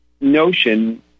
notion